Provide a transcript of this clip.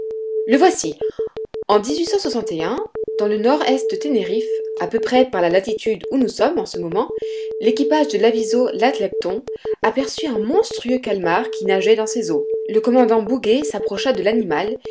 le voici en dans le nord-est de ténériffe à peu près par la latitude où nous sommes en ce moment l'équipage de l'aviso l'alecton aperçut un monstrueux calmar qui nageait dans ses eaux le commandant bouguer s'approcha de l'animal